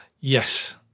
Yes